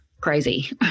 crazy